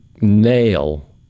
nail